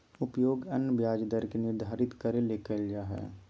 उपयोग अन्य ब्याज दर के निर्धारित करे ले कइल जा हइ